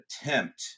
attempt